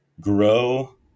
grow